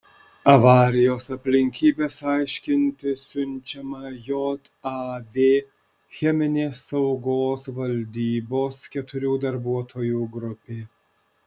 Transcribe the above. avarijos aplinkybes aiškintis siunčiama jav cheminės saugos valdybos keturių darbuotojų grupė